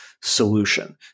solution